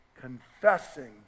confessing